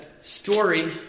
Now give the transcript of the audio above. story